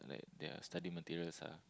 like their study materials ah